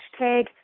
hashtag